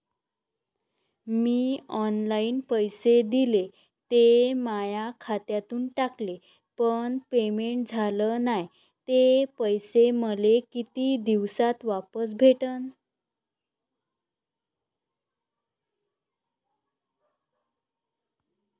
मीन online पैसे दिले, ते माया खात्यातून कटले, पण पेमेंट झाल नायं, ते पैसे मले कितीक दिवसात वापस भेटन?